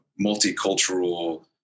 multicultural